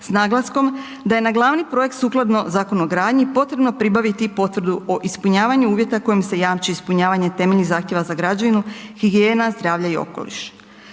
s naglaskom da je na glavni projekt sukladno Zakonu o gradnji potrebno pribaviti i potvrdu o ispunjavanju kojim se jamči ispunjavanje temeljnih zahtjeva za građevinu, higijena, zdravlje i okoliš.